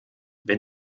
wenn